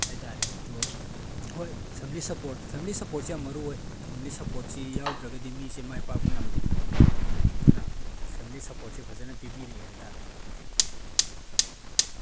ꯍꯥꯏꯇꯥꯔꯦ ꯑꯗꯣ ꯍꯣꯏ ꯐꯦꯃꯤꯂꯤ ꯁꯞꯄꯣꯔꯠ ꯐꯦꯃꯤꯂꯤ ꯁꯞꯄꯣꯔꯠꯁꯤ ꯌꯥꯝ ꯃꯔꯨ ꯑꯣꯏ ꯐꯦꯃꯤꯂꯤ ꯁꯞꯄꯣꯔꯠꯁꯤ ꯌꯥꯎꯗ꯭ꯔꯒꯗꯤ ꯃꯤꯁꯤ ꯃꯥꯏ ꯄꯥꯛꯄ ꯉꯝꯗꯦ ꯑꯗꯨꯅ ꯐꯦꯃꯤꯂꯤ ꯁꯞꯄꯣꯔꯠꯁꯦ ꯐꯖꯅ ꯄꯤꯕꯤꯔꯛꯑꯦ ꯍꯥꯏꯕꯇꯥꯔꯦ